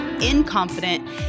incompetent